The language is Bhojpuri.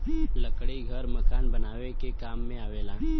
लकड़ी घर मकान बनावे में काम आवेला